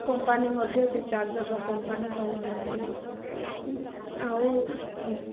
company ମଧ୍ୟ ସେ ଚାର୍ଜରର କମ୍ପାନୀ ଭଲ ନଥିଲା ଆଉ